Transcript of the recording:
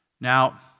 Now